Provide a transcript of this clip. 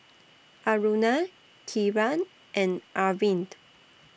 Aruna Kiran and Arvind